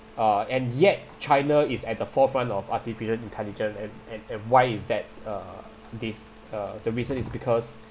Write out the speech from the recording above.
uh and yet china is at the forefront of artificial intelligence and and and why is that uh this uh the reason is because